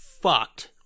fucked